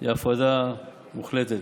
תהיה הפרדה מוחלטת,